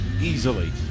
easily